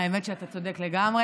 האמת היא שאתה צודק לגמרי.